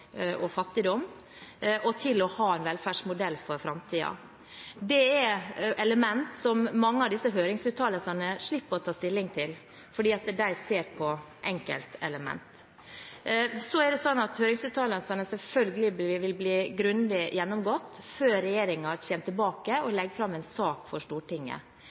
fattigdom, og til å ha en velferdsmodell for framtiden. Det er elementer som en i mange av disse høringsuttalelsene slipper å ta stilling til, fordi de tar for seg enkeltelementer. Så vil høringsuttalelsene selvfølgelig bli grundig gjennomgått før regjeringen kommer tilbake og legger fram en sak for Stortinget.